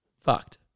fucked